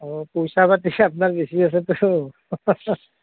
অঁ পইচা পাতি আপনাৰ বেছি আছেতো